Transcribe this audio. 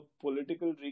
political